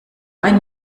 ein